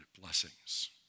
blessings